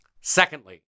Secondly